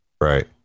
Right